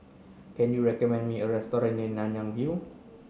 can you recommend me a restaurant near Nanyang View